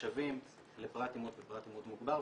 נחשבים לפרט אימות ופרט אימות מוגבר,